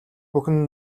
бүхэн